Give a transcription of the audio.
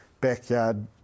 backyard